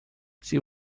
she